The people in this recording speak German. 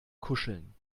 kuscheln